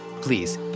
please